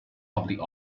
public